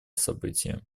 события